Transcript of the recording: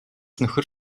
нөхөр